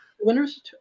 Winners